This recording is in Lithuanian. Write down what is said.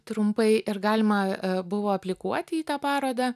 trumpai ir galima buvo aplikuoti į tą parodą